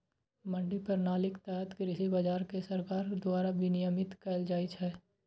मंडी प्रणालीक तहत कृषि बाजार कें सरकार द्वारा विनियमित कैल जाइ छै